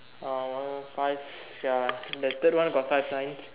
uh one five ya the third one got five lines